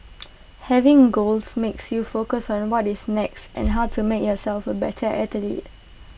having goals makes you focus on what is next and how to make yourself A better athlete